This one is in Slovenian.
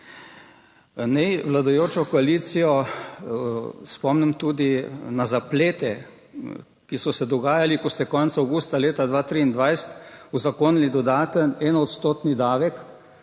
Naj vladajočo koalicijo spomnim tudi na zaplete, ki so se dogajali, ko ste konec avgusta leta 2023 uzakonili dodaten enoodstotni davek